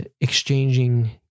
exchanging